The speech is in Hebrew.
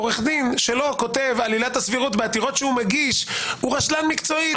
עורך דין שלא כותב עילת הסבירות בעתירות שהוא מגיש הוא רשלן מקצועי.